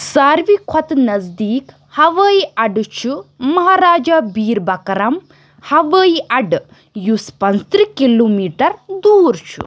سارِوٕے کھۄتہٕ نزدیٖک ہَوٲیی اَڈٕ چھُ مَہاراجا بیٖر بکرَم ہَوٲیی اَڈٕ یُس پنٛژترٕٛہ کِلومیٖٹر دوٗر چھُ